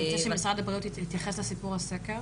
אני אבקש שמשרד הבריאות יתייחס לנושא הסקר.